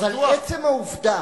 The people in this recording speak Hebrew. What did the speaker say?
אבל עצם העובדה